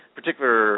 particular